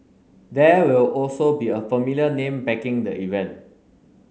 there will also be a familiar name backing the event